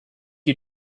you